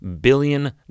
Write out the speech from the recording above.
billion